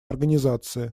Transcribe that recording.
организации